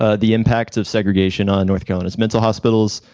ah the impact of segregation on north county mental hospitals.